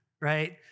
right